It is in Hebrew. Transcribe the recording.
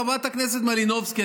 חברת הכנסת מלינובסקי,